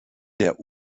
der